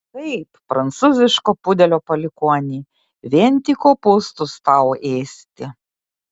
taip prancūziško pudelio palikuoni vien tik kopūstus tau ėsti